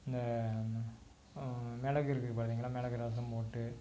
இந்த மிளகு இருக்குது பார்த்தீங்களா மிளகு ரசம் போட்டு